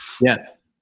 Yes